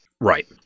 Right